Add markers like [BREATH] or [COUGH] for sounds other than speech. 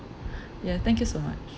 [BREATH] ya thank you so much